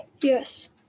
Yes